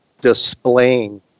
displaying